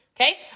Okay